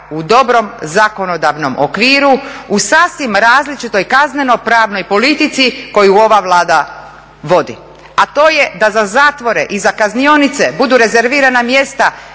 u dobrom zakonodavnom okviru, u sasvim različitoj kaznenopravnoj politici koju ova Vlada vodi, a to je da za zatvore i za kaznionice budu rezervirana mjesta